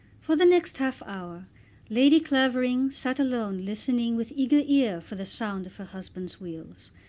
for the next half hour lady clavering sat alone listening with eager ear for the sound of her husband's wheels,